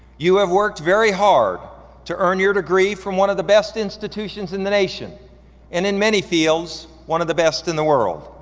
you have worked very hard to earn your degree from one of the best institutions in the nation and in many fields, one of the best in the world.